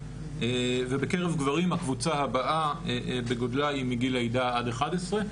ובקרב גברים הקבוצה הבאה בגודלה היא בגיל לידה עד 11,